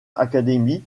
academy